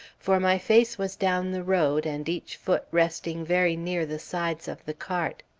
for my face was down the road and each foot resting very near the sides of the cart.